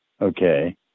Okay